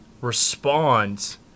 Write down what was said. responds